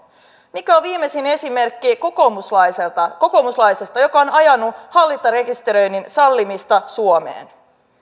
mikä on viimeisin esimerkki kokoomuslaisesta kokoomuslaisesta joka on ajanut hallintarekisteröinnin sallimista suomeen